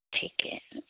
ਠੀਕ ਹੈ